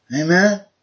Amen